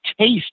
taste